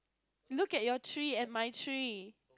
look at your tree and my tree